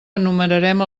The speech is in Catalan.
enumerarem